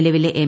നിലവിലെ എം